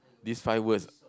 these five words